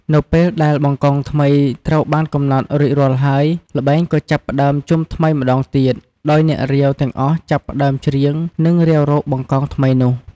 នៅពេលដែល បង្កង ថ្មីត្រូវបានកំណត់រួចរាល់ហើយ ល្បែងក៏ចាប់ផ្តើមជុំថ្មីម្ដងទៀត ដោយ អ្នករាវ ទាំងអស់ចាប់ផ្តើមច្រៀង និងរាវរក បង្កង ថ្មីនោះ។